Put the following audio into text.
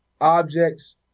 objects